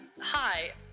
hi